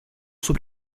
suo